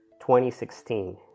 2016